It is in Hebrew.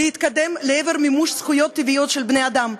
כדי להתקדם לעבר מימוש זכויות טבעיות של בני-אדם.